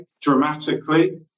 dramatically